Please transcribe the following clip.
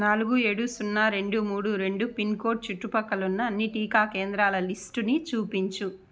నాలుగు ఏడు సున్నా రెండు మూడు రెండు పిన్ కోడ్ చుట్టుప్రక్కలున్న అన్ని టీకా కేంద్రాల లిస్టుని చూపించు